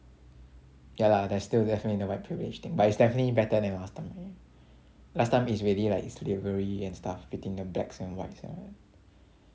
ya lah there's still definitely the white privilege thing but it's definitely better than last time already last time is really like slavery and stuff between the blacks and whites and all that